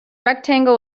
rectangle